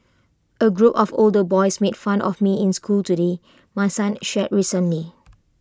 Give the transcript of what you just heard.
A group of older boys made fun of me in school today my son shared recently